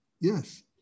Yes